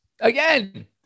Again